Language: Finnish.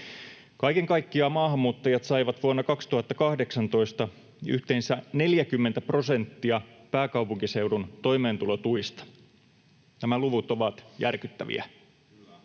Kaiken kaikkiaan maahanmuuttajat saivat vuonna 2018 yhteensä 40 prosenttia pääkaupunkiseudun toimeentulotuista. Nämä luvut ovat järkyttäviä.